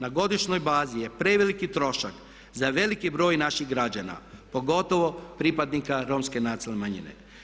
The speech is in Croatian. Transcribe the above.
Na godišnjoj bazi je preveliki trošak za veliki broj naših građana pogotovo pripadnika Romske nacionalne manjine.